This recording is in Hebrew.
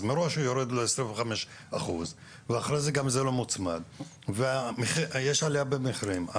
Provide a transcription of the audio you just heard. אז מראש יורד לו 25% ואחרי זה גם זה לא מוצמד ויש עלייה במחירים,